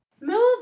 move